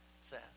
says